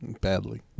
Badly